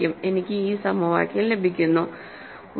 എനിക്ക് ഈ സമവാക്യം ലഭിക്കുന്നു y